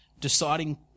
deciding